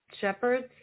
Shepherds